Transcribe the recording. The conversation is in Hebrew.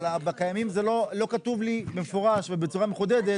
בקיימים לא כתוב לי במפורש, ובצורה מחודדת,